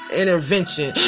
intervention